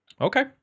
Okay